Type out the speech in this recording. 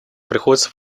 приходится